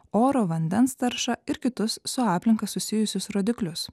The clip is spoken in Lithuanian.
oro vandens taršą ir kitus su aplinka susijusius rodiklius